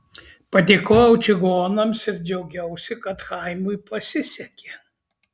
padėkojau čigonams ir džiaugiausi kad chaimui pasisekė